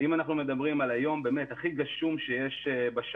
אנחנו מדברים על היום הכי גשום בשנה.